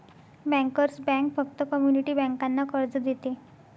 bankers bank फक्त community बँकांना कर्ज देते